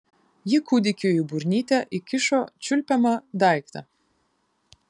ji kūdikiui į burnytę įkišo čiulpiamą daiktą